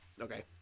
Okay